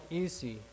easy